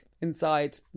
inside